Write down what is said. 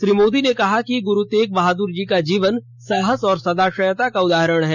श्री मोदी ने कहा कि गुरु तेग बहाद्र जी का जीवन साहस और सदाशयता का उदाहरण है